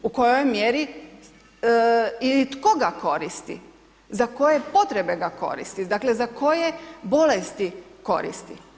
U kojoj mjeri i tko ga koristi, za koje potrebe ga koristi, dakle, za koje bolesti ga koristi.